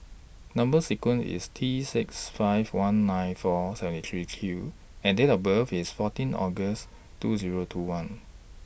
Number sequence IS T six five one nine four seven three Q and Date of birth IS fourteen August two Zero two one